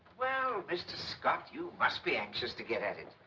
well, mr. scott. you must be anxious to get at it.